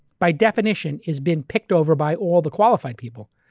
by definition, has been picked over by all the qualified people.